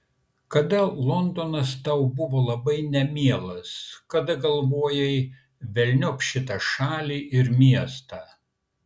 kada londonas tau buvo labai nemielas kada galvojai velniop šitą šalį ir miestą